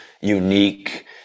unique